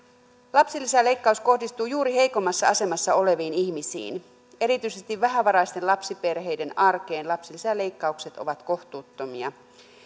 lapsilisäleikkaus kohdistuu juuri heikoimmassa asemassa oleviin ihmisiin erityisesti vähävaraisten lapsiperheiden arkeen lapsilisäleikkaukset ovat kohtuuttomia